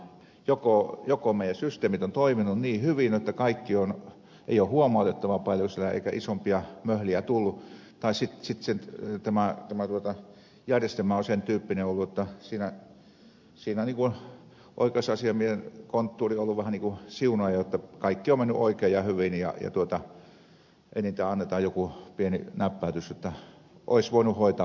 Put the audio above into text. joko meidän systeemimme ovat toimineet niin hyvin jotta ei ole huomautettavaa paljon siellä eikä isompia möhliä tullut tai sitten tämä järjestelmä on sen tyyppinen ollut jotta siinä oikeusasiamiehen konttuuri on ollut vähän niin kuin siunaaja jotta kaikki on mennyt oikein ja hyvin ja enintään annetaan joku pieni näpäytys jotta olisi voinut hoitaa paremminkin